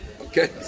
Okay